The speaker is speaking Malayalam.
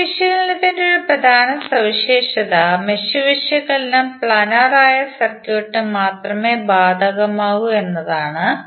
മെഷ് വിശകലനത്തിന്റെ ഒരു പ്രധാന സവിശേഷത മെഷ് വിശകലനം പ്ലാനർ ആയ സർക്യൂട്ടിന് മാത്രമേ ബാധകമാകൂ എന്നതാണ്